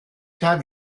have